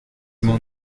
cent